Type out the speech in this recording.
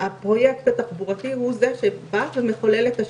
הפרויקט הזה אמור לעלות למדינת ישראל,